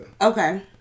okay